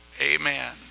Amen